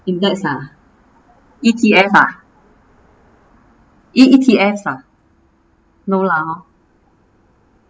index ah E_T_F ah e E_T_F ah no lah hor